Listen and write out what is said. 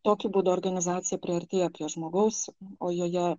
tokiu būdu organizacija priartėja prie žmogaus o joje